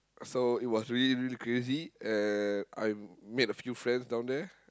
so it was really really crazy and I made a few friends down there